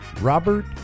Robert